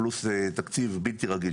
פלוס התקציב הבלתי רגיל,